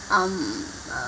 um uh